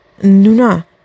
Nuna